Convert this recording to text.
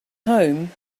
home